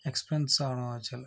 expense ആണോ ചെലവ്